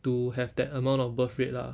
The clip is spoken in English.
to have that amount of birth rate lah